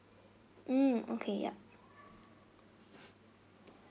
mm okay yup